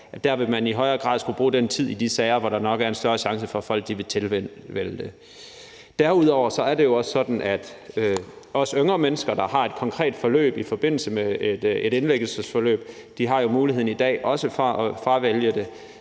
der vil man i højere grad skulle bruge den tid i de sager, hvor der nok er en større chance for, at folk vil tilvælge det. Derudover er det jo også sådan, at også yngre mennesker, der har et konkret forløb i forbindelse med en indlæggelse, jo i dag har muligheden for at fravælge det.